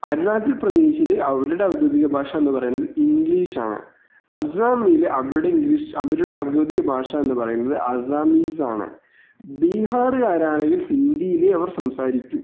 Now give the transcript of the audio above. അരുണാചൽ പ്രാദേശിൽ അവരുടെ ഔദ്യോഗിക ഭാഷ എന്ന് പറയുന്നത് ഇംഗ്ലീഷാണ് ആസ്സാമിൽ അവരുടെ ഇംഗ്ലീഷ് അവരുടെ ഔദ്യോഗിക ഭാഷ എന്ന് പറയുന്നത് അസ്സാമീസാണ് ബീഹാറുകാരാണെങ്കിൽ ഹിന്ദിയിലെ അവർ സംസാരിക്കൂ